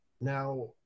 Now